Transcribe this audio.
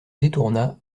détourna